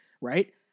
right